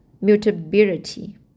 mutability